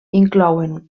inclouen